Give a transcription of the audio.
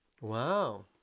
Wow